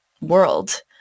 world